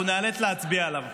אנחנו ניאלץ להצביע עליו,